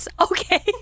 okay